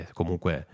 comunque